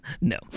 no